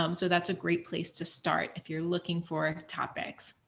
um so that's a great place to start if you're looking for topics.